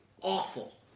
awful